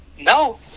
no